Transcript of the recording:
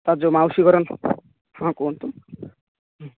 ତା'ର ଯେଉଁ ମାଉସୀ ଘର ହଁ କୁହନ୍ତୁ